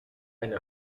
eine